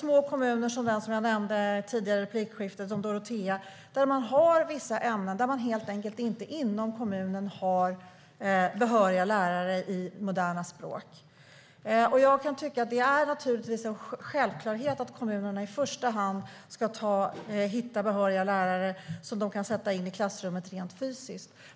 Små kommuner som den jag nämnde i det tidigare replikskiftet, Dorotea, har vissa ämnen där man helt enkelt inte har behöriga lärare i moderna språk inom kommunen. Jag kan tycka att det är en självklarhet att kommunerna i första hand ska hitta behöriga lärare som de kan sätta in i klassrummet rent fysiskt.